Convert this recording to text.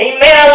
Amen